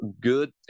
good